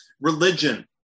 religion